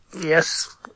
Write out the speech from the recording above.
Yes